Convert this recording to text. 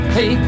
Hey